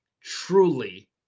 truly